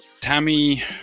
Tammy